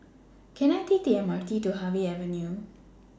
Can I Take The M R T to Harvey Avenue